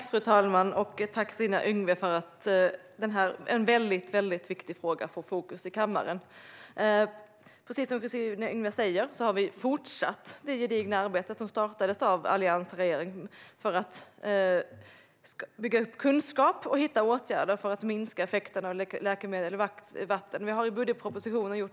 Fru talman! Jag tackar Kristina Yngwe för att denna viktiga fråga får fokus i kammaren. Precis som Kristina Yngwe säger har vi fortsatt det gedigna arbete som startades av alliansregeringen för att bygga upp kunskap och hitta åtgärder för att minska effekterna av läkemedel i vatten. Vi har gjort två saker i och med budgetpropositionen.